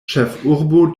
ĉefurbo